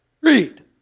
read